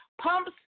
Pumps